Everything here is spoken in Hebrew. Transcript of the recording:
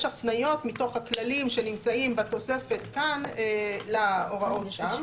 הפניות מתוך הכללים שנמצאים בתוספת כאן להוראות שם.